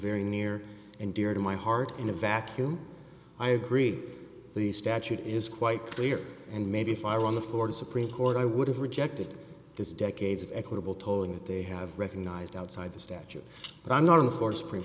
very near and dear to my heart in a vacuum i agree the statute is quite clear and maybe if i won the florida supreme court i would have rejected this decades of equitable tolling that they have recognized outside the statute but i'm not on the floor supreme